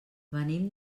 venim